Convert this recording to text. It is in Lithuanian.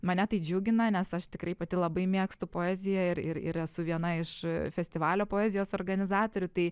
mane tai džiugina nes aš tikrai pati labai mėgstu poeziją ir ir esu viena iš festivalio poezijos organizatorių tai